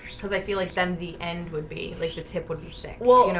because i feel like then the end would be like the tip. what are you saying? whoa, you know